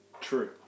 True